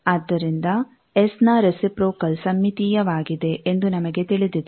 ಆದ್ದರಿಂದ ಎಸ್ ನ ರೆಸಿಪ್ರೋಕಲ್ ಸಮ್ಮಿತೀಯವಾಗಿದೆ ಎಂದು ನಮಗೆ ತಿಳಿದಿದೆ